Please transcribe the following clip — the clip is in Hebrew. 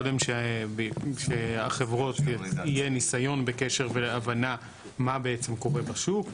קודם שהחברות יהיה ניסיון בקשר והבנה מה בעצם קורה בשוק.